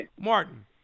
Martin